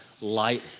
light